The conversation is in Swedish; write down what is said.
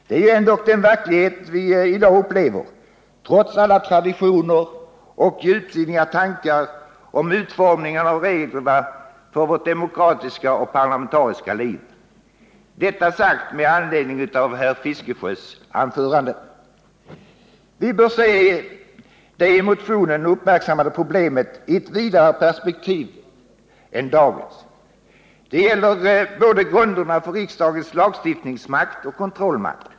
Det är ändock den verklighet vi i dag upplever trots alla traditioner och djupsinniga tankar om utformningen av reglerna för vårt demokratiska och parlamentariska liv — detta sagt med anledning av herr Fiskesjös anförande. Vi bör se det i motionen uppmärksammade problemet i ett vidare perspektiv än dagens. Det gäller grunderna för både riksdagens lagstiftningsmakt och dess kontrollmakt.